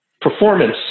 performance